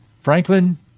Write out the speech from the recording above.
Franklin